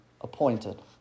appointed